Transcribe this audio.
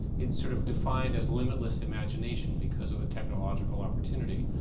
it's sort of defined as limitless imagination because of the technological opportunity.